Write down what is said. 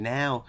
now